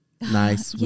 nice